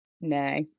no